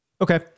Okay